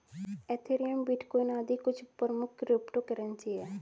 Ethereum, bitcoin आदि कुछ प्रमुख क्रिप्टो करेंसी है